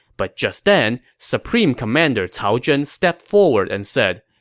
but just then, supreme commander cao zhen stepped forward and said,